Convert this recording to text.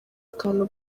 akantu